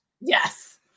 Yes